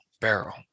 barrel